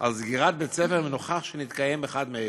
על סגירת בית-ספר אם נוכח שנתקיים אחד מאלה: